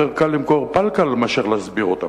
יותר קל למכור "פל-קל" מאשר להסביר אותן.